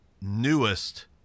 newest